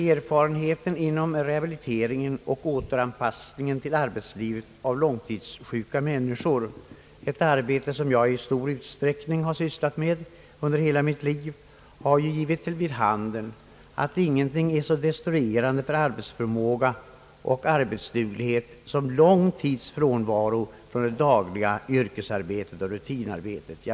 Erfarenheten inom arbetet för rehabilitering och återanpassning till arbetslivet av långtidssjuka människor — en uppgift som jag i stor utsträckning sysslat med under hela mitt liv — har givit vid handen att ingenting är så destruerande för arbetsförmåga och arbetsduglighet som lång tids frånvaro från det dagliga yrkesarbetet och rutinarbetet.